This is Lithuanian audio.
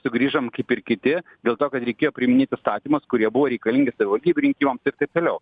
sugrįžom kaip ir kiti dėl to kad reikėjo priiminėt įstatymas kurie buvo reikalingi savivaldybių rinkimam taip toliau